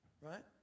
right